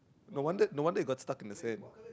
no wonder no wonder it got stuck in the sand